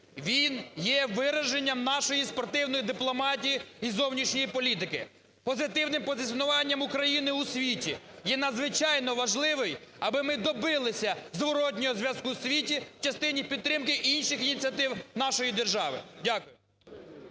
Він є вираженням нашої спортивної дипломатії і зовнішньої політики, позитивним позиціонуванням України у світі, є надзвичайно важливий, аби ми добилися зворотного зв'язку в світі в частині підтримки інших ініціатив нашої держави. Дякую.